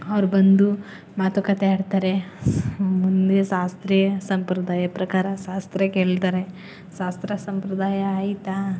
ಅವ್ರು ಬಂದು ಮಾತು ಕತೆ ಆಡ್ತಾರೆ ಮುಂದೆ ಶಾಸ್ತ್ರೀಯ ಸಂಪ್ರದಾಯ ಪ್ರಕಾರ ಶಾಸ್ತ್ರ ಕೇಳ್ತಾರೆ ಶಾಸ್ತ್ರ ಸಂಪ್ರದಾಯ ಆಯ್ತಾ